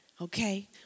Okay